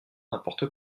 n’importe